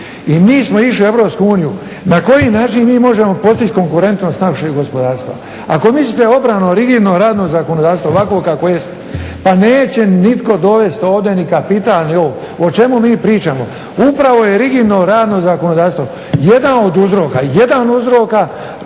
I mi smo išli u EU, na koji način mi možemo postići konkurentnost našeg gospodarstva? Ako mislite … rigidno radno zakonodavstvo ovako kako jest pa neće nitko dovesti ni kapital. O čemu mi pričamo? Upravo je rigidno radno zakonodavstvo jedan od uzroka,